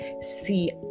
see